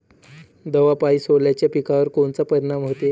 दवापायी सोल्याच्या पिकावर कोनचा परिनाम व्हते?